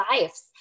lives